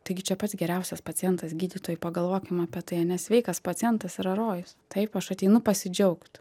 taigi čia pats geriausias pacientas gydytojai pagalvokim apie tai sveikas pacientas yra rojus taip aš ateinu pasidžiaugt